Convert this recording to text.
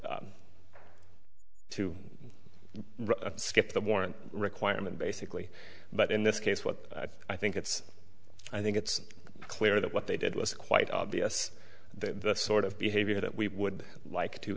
skip the warrant requirement basically but in this case what i think it's i think it's clear that what they did was quite obvious the sort of behavior that we would like to